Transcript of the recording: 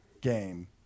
game